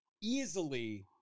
easily